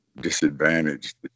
disadvantaged